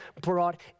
brought